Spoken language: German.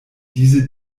diese